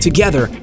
Together